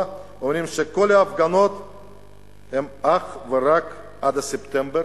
אומרים שכל ההפגנות הן אך ורק עד ספטמבר,